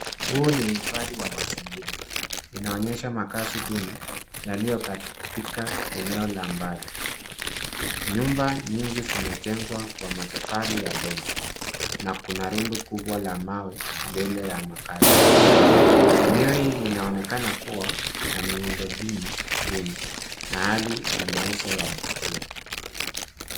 Huu ni uhifadhi wa mazingira. Inaonyesha makazi duni yaliyo katika eneo la mbali. Nyumba nyingi zimejengwa kwa matofali ya udongo na kuna rundo kubwa la mawe mbele ya makazi. Eneo hii linaonekana kuwa na miundo mbinu duni na hali ya maisha ya chini.